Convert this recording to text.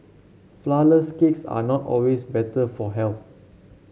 flourless cakes are not always better for health